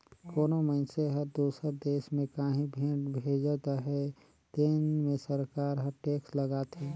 कोनो मइनसे हर दूसर देस में काहीं भेंट भेजत अहे तेन में सरकार हर टेक्स लगाथे